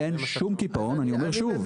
אין שום קיפאון, אני אומר שוב,